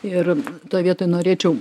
ir toj vietoj norėčiau